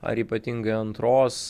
ar ypatingai antros